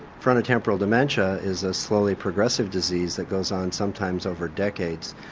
frontotemporal dementia is a slowly progressive disease that goes on sometimes over decades,